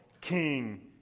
King